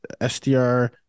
SDR